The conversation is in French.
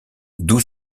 d’où